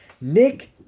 Nick